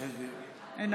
אינה